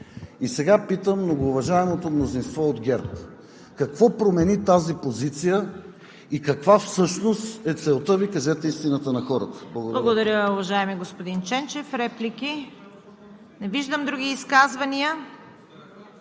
И сега питам многоуважаемото мнозинство от ГЕРБ: какво промени тази позиция и каква всъщност е целта Ви? Кажете истината на хората. Благодаря